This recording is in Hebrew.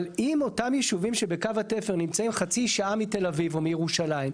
אבל אם אותם ישובים שבקו התפר נמצאים חצי שעה מתל אביב או מירושלים,